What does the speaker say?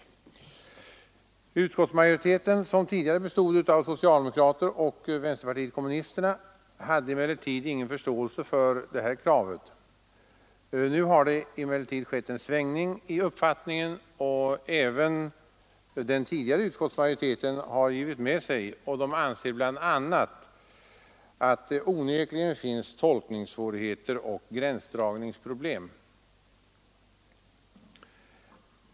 Utskottsmajoriteten, som tidigare bestod av socialdemokrater och kommunister, hade emellertid ingen förståelse för det här kravet. Nu har det dock skett en svängning i uppfattningen, och även den tidigare utskottsmajoriteten har givit med sig och anser bl.a. att det onekligen finns tolkningssvårigheter och gränsdragningsproblem.